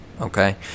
okay